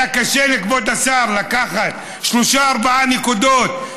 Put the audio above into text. היה קשה לכבוד השר לקחת שלוש-ארבע נקודות,